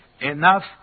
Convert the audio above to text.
enough